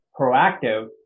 proactive